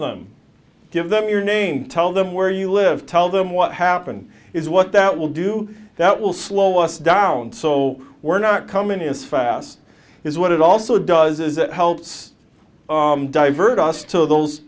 them give them your name tell them where you live tell them what happened is what that will do that will slow us down so we're not coming in as fast is what it also does is it helps divert us to those